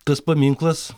tas paminklas